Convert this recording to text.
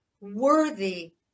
worthy